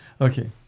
okay